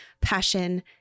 passion